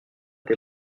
tes